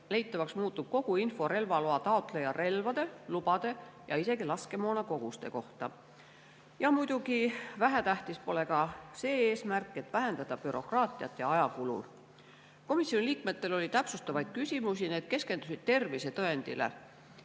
leitavaks muutub kogu info relvaloataotleja relvade, lubade ja isegi laskemoonakoguste kohta. Muidugi pole vähetähtis ka see eesmärk, et vähendada bürokraatiat ja ajakulu. Komisjoni liikmetel oli täpsustavaid küsimusi, need keskendusid tervisetõendile.